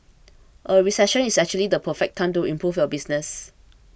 a recession is actually the perfect time to improve your business